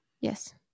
Yes